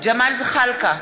ג'מאל זחאלקה,